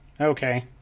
okay